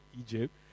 Egypt